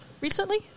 recently